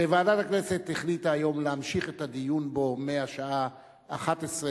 וועדת הכנסת החליטה היום להמשיך את הדיון בו מהשעה 11:00,